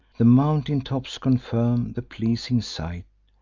the mountain-tops confirm the pleasing sight,